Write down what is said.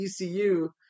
ECU